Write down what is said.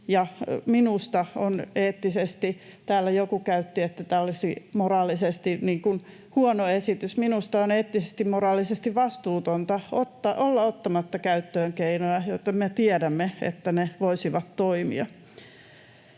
minusta on eettisesti — täällä joku käytti, että tämä olisi moraalisesti huono esitys — eettisesti, moraalisesti vastuutonta olla ottamatta käyttöön keinoja, joista me tiedämme, että ne voisivat toimia.